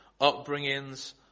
upbringings